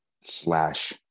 slash